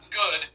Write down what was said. good